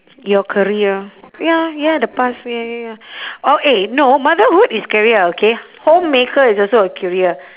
your career ya ya the past ya ya ya or eh no motherhood is career okay homemaker is also a career